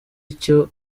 icyo